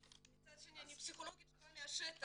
מצד שני אני פסיכולוגית שבאה מהשטח.